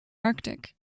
arctic